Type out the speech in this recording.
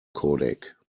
codec